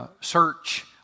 search